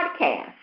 podcast